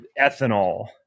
ethanol